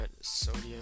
sodium